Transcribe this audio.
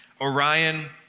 Orion